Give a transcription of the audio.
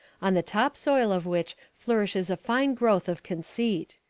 on the top soil of which flourishes a fine growth of conceit.